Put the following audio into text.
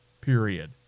period